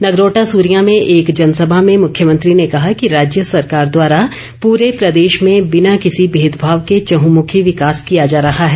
नगरोटा सूरियां में एक जनसभा में मुख्यमंत्री ने कहा कि राज्य सरकार द्वारा पूरे प्रदेश में बिना किसी भेदभाव के चहंमुखी विकास किया जा रहा है